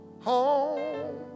home